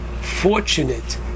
fortunate